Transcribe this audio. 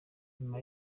nyuma